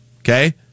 Okay